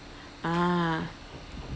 ah